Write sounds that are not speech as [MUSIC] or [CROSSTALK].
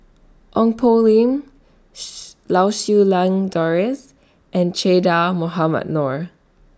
Ong Poh Lim [NOISE] Lau Siew Lang Doris and Che Dah Mohamed Noor